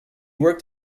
worked